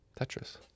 Tetris